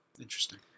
Interesting